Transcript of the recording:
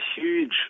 huge